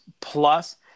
Plus